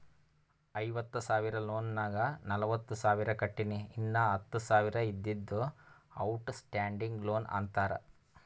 ಐವತ್ತ ಸಾವಿರ ಲೋನ್ ನಾಗ್ ನಲ್ವತ್ತ ಸಾವಿರ ಕಟ್ಟಿನಿ ಇನ್ನಾ ಹತ್ತ ಸಾವಿರ ಇದ್ದಿದ್ದು ಔಟ್ ಸ್ಟ್ಯಾಂಡಿಂಗ್ ಲೋನ್ ಅಂತಾರ